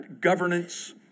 governance